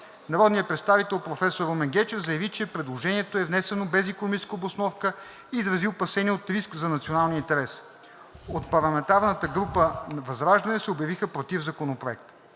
Народният представител професор Румен Гечев заяви, че предложението е внесено без икономическа обосновка, и изрази опасение от риск за националния интерес. От парламентарната група ВЪЗРАЖДАНЕ се обявиха против Законопроекта.